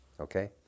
Okay